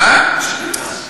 משלמים מס.